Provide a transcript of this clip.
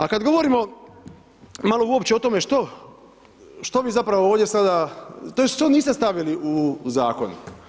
A kad govorimo malo uopće o tome što vi zapravo ovdje sada, tj. što niste stavili u zakon.